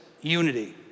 unity